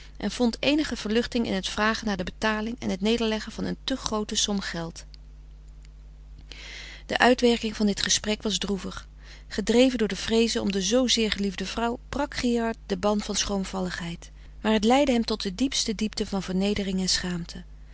en vond eenige verluchting in het vragen naar de betaling en het nederleggen van een te groote som geld de uitwerking van dit gesprek was droevig gedreven door de vreeze om de zoozeer geliefde vrouw brak gerard den ban van schroomvalligheid maar het leidde hem tot de diepste diepte van vernedering en schaamte